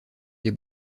des